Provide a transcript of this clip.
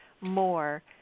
more